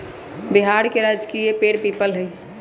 बिहार के राजकीय पेड़ पीपल हई